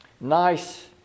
nice